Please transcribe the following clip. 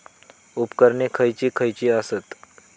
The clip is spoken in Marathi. उपकरणे खैयची खैयची आसत?